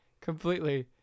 Completely